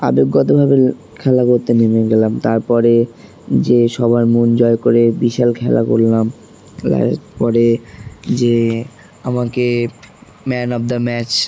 আবেগগতভাবে খেলা করতে নেমে গেলাম তারপরে যে সবার মন জয় করে বিশাল খেলা করলাম তার পরে যে আমাকে ম্যান অফ দা ম্যাচ